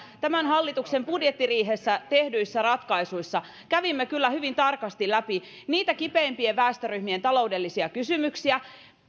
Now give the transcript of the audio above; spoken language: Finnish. tämän hallituksen budjettiriihessä tehdyissä ratkaisuissa kävimme kyllä hyvin tarkasti läpi niitä kipeimpien väestöryhmien taloudellisia kysymyksiä